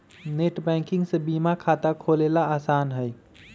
net banking से बीमा खाता खोलेला आसान हई